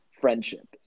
friendship